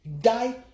die